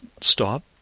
stop